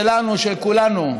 שלנו, של כולנו,